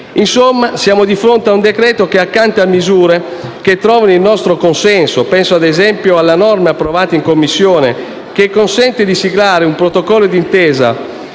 Siamo di fronte a un decreto-legge che, accanto a misure che trovano il nostro consenso - penso ad esempio alla norma approvata in Commissione, che consente di siglare un protocollo d'intesa